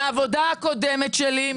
מהעבודה הקודמת שלי,